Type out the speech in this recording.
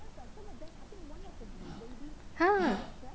!huh!